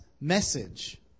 message